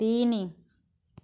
ତିନି